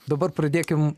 dabar pradėkim